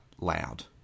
loud